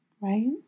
right